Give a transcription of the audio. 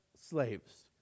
slaves